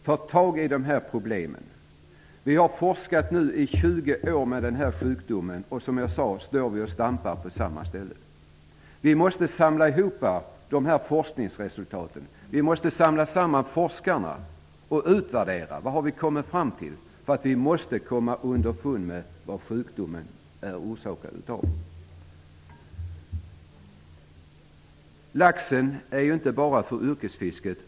Det har forskats i sjukdomen M74 i 20 års tid, och som jag sade så står man och stampar på samma ställe. Vi måste samla ihop forskningsresultaten, och vi måste samla forskarna. Det måste göras en utvärdering av vad man har kommit fram till. Vi måste komma underfund med vad det är som orsakar sjukdomen. Laxen är inte bara viktig för yrkesfisket.